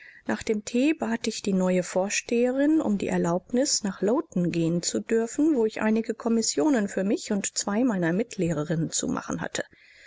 nach dem thee bat ich die neue vorsteherin um die erlaubnis nach lowton gehen zu dürfen wo ich einige kommissionen für mich und zwei meiner mitlehrerinnen zu machen hatte